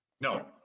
No